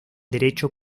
derecho